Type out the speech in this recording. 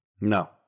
No